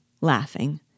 laughing